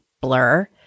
blur